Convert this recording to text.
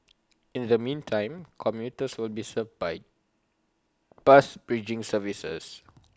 in the meantime commuters will be served by bus bridging services